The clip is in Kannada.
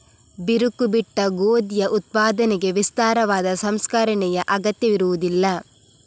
ಬಿರುಕು ಬಿಟ್ಟ ಗೋಧಿಯ ಉತ್ಪಾದನೆಗೆ ವಿಸ್ತಾರವಾದ ಸಂಸ್ಕರಣೆಯ ಅಗತ್ಯವಿರುವುದಿಲ್ಲ